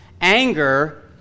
anger